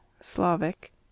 Slavic